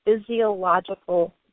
physiological